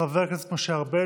חבר הכנסת משה ארבל,